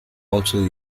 also